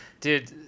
dude